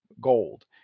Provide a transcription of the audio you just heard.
gold